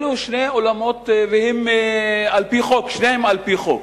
אלה שני עולמות, ושניהם על-פי חוק.